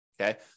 Okay